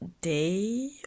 Day